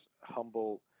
humble